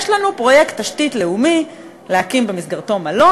יש לנו פרויקט תשתית לאומי להקים מלון,